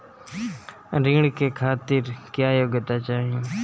ऋण के खातिर क्या योग्यता चाहीं?